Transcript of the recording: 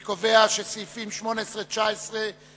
1. אני קובע שסעיפים 18 ו-19 נתקבלו,